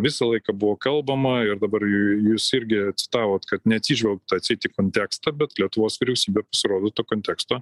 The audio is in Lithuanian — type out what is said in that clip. visą laiką buvo kalbama ir dabar jūs irgi citavot kad neatsižvelgta atseit į kontekstą bet lietuvos vyriausybė pasirodo to konteksto